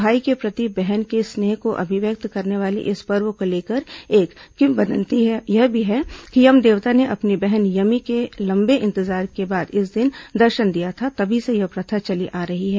भाई के प्रति बहन के स्नेह को अभिव्यक्त करने वाले इस पर्व को लेकर एक किवदन्ति यह भी है कि यम देवता ने अपनी बहन यमी को लंबे इंतजार के बाद इस दिन दर्शन दिया था तभी से यह प्रथा चली आ रही है